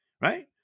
right